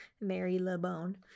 Marylebone